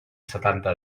setanta